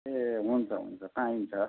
ए हुन्छ हुन्छ पाइन्छ